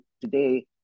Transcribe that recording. today